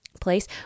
place